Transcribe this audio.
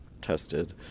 tested